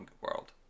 world